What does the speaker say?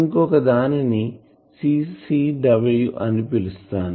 ఇంకొక దానిని CCW అని పిలుస్తాను